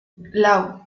lau